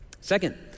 Second